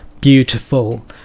beautiful